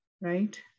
right